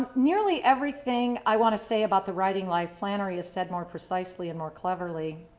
ah nearly everything i want to say about the writing life flannery has said more precisely and more cleverly.